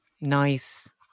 nice